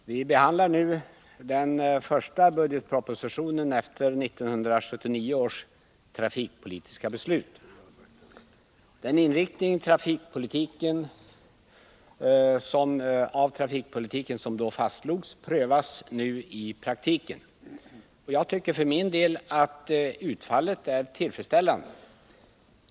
Herr talman! Vi behandlar nu den första budgetpropositionen efter 1979 års trafikpolitiska beslut. Den inriktning av trafikpolitiken som då fastslogs prövas nu i praktiken. Och jag tycker för min del att utfallet är tillfredsställande.